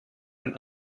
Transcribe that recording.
ein